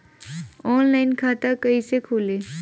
Online खाता कईसे खुलि?